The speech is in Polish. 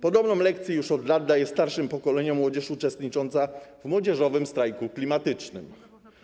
Podobną lekcję już od lat daje starszym pokoleniom młodzież uczestnicząca w Młodzieżowym Strajku Klimatycznym.